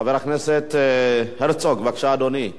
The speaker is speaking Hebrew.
חבר הכנסת הרצוג, בבקשה, אדוני.